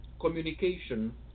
communication